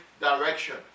direction